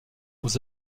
aux